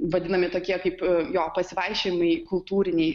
vadinami tokie kaip jo pasivaikščiojimai kultūriniai